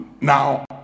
Now